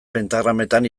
pentagrametan